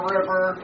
River